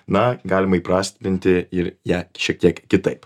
na galima įprasminti ir ją šiek tiek kitaip